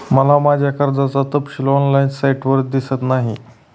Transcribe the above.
मला माझ्या कर्जाचा तपशील ऑनलाइन साइटवर दिसत नाही